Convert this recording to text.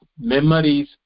memories